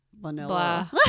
vanilla